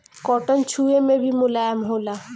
cotton छुवे मे भी मुलायम होला